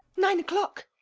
nine o'clock!